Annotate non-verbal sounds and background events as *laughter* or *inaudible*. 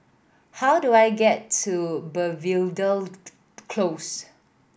how do I get to Belvedere *noise* Close